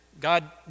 God